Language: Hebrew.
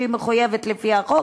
שהיא מחויבת לפי החוק,